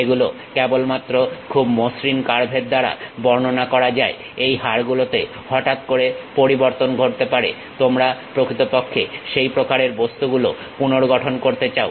এগুলো কেবলমাত্র খুব মসৃণ কার্ভের দ্বারা বর্ণনা করা যায় এই হাড় গুলোতে হঠাৎ করে পরিবর্তন ঘটতে পারে তোমরা প্রকৃতপক্ষে সেই প্রকারের বস্তুগুলো পুনর্গঠন করতে চাও